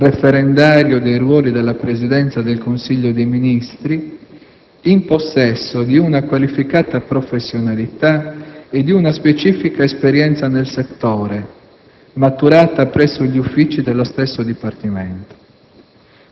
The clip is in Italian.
referendario dei ruoli della Presidenza del Consiglio dei ministri, in possesso di una qualificata professionalità e di una specifica esperienza nel settore, maturata presso gli uffici dello stesso Dipartimento;